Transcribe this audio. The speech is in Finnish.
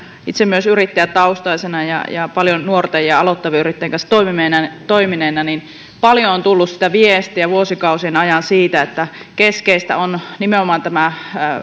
itselleni myös yrittäjätaustaisena ja ja paljon nuorten ja aloittavien yrittäjien kanssa toimineena on tullut paljon sitä viestiä vuosikausien ajan siitä että keskeistä on nimenomaan meillä tämä